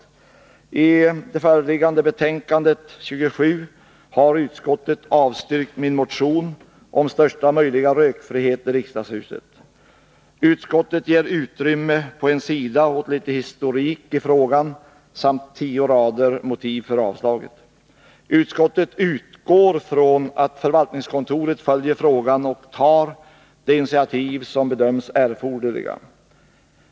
I konstitutionsutskottets föreliggande betänkande nr 27 har utskottet avstyrkt min motion om största möjliga rökfrihet i riksdagshuset. Utskottet ger utrymme på en sida åt litet historik i frågan samt tio rader motiv för avslaget. Utskottet ”utgår från att förvaltningskontoret följer frågan och tar de initiativ som bedöms erforderliga”.